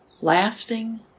lasting